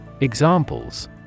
Examples